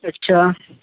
अच्छा